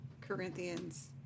Corinthians